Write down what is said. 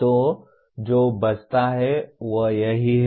तो जो बचता है वह यही है